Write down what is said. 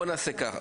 בואו נעשה ככה,